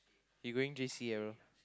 you going J_C ah bro